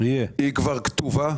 התכנית כבר כתובה,